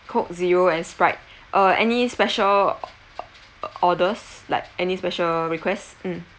coke zero and sprite uh any special o~ o~ orders like any special requests mm